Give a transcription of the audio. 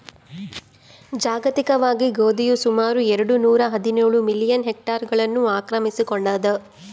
ಜಾಗತಿಕವಾಗಿ ಗೋಧಿಯು ಸುಮಾರು ಎರೆಡು ನೂರಾಹದಿನೇಳು ಮಿಲಿಯನ್ ಹೆಕ್ಟೇರ್ಗಳನ್ನು ಆಕ್ರಮಿಸಿಕೊಂಡಾದ